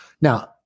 Now